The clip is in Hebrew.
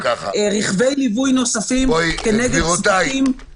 רכבי ליווי נוספים כנגד --- גבירותיי,